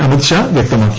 അമിത് ഷാ വ്യക്തമാക്കി